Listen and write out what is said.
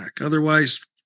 Otherwise